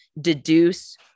deduce